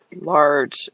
large